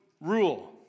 rule